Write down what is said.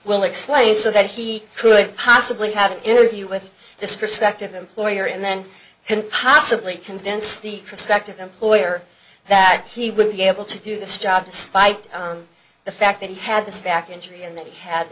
will explain so that he could possibly have an interview with this prospective employer and then can possibly convince the prospective employer that he would be able to do this job despite the fact that he had the stack injury and th